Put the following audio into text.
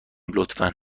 لطفا